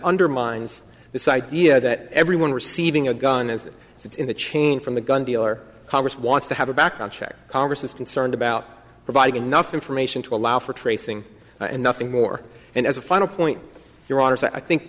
undermines this idea that everyone receiving a gun as it sits in the chain from the gun dealer congress wants to have a background check congress is concerned about providing enough information to allow for tracing and nothing more and as a final point your honor so i think